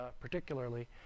particularly